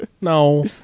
No